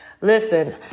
Listen